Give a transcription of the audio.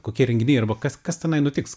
kokie renginiai arba kas kas tenai nutiks